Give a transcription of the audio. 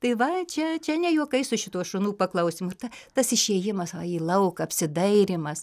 tai va čia čia ne juokai su šituo šunų paklausymu ir ta tas išėjimas į lauką apsidairymas